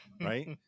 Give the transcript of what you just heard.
right